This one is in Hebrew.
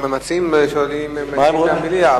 המציעים מציעים מליאה,